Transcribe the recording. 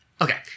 okay